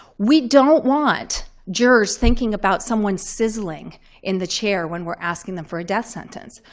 we don't want jurors thinking about someone's sizzling in the chair when we're asking them for a death sentence.